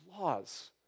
laws